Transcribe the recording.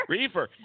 Reefer